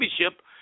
Championship